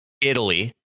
italy